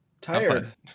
tired